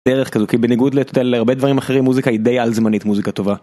דרך כזו כי בניגוד להתתן להרבה דברים אחרים מוזיקה היא די על זמנית מוזיקה טובה.